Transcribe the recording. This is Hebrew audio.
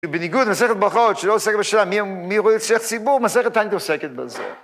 ובניגוד למסכת ברכות שלא עוסקת בשאלה מי ראוי להיות שליח ציבור, מסכת תענית עוסקת בזה.